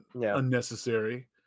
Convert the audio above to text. unnecessary